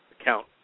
account